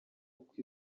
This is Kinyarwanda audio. uko